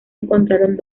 encontraron